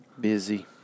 Busy